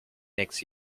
next